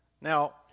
now